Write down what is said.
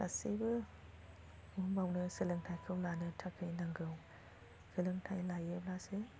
गासैबो बुहुमावनो सोलोंथायखौ लानो थाखाय नांगौ सोलोंथाय लायोब्लासो